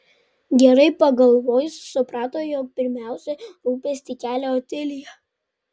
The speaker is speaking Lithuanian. gerai pagalvojusi suprato jog pirmiausia rūpestį kelia otilija